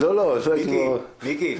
מיקי,